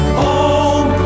home